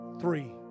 three